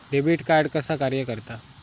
Debit card कसा कार्य करता?